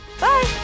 Bye